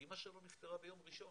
אמא שלו נפטרה ביום ראשון.